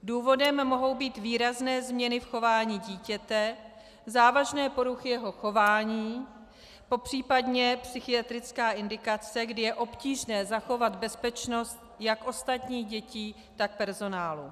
Důvodem mohou být výrazné změny v chování dítěte, závažné poruchy jeho chování, popřípadě psychiatrická indikace, kdy je obtížné zachovat bezpečnost jak ostatních dětí, tak personálu.